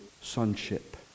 sonship